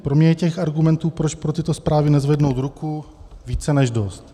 Pro mě je těch argumentů, proč pro tyto zprávy nezvednout ruku, více než dost.